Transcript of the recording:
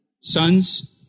Sons